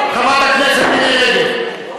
חברת הכנסת מירי רגב.